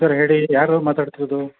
ನಮಸ್ಕಾರ ಹೇಳಿ ಯಾರು ಮಾತಾಡ್ತಿರೋದು